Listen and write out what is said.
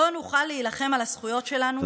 לא נוכל להילחם על הזכויות שלנו.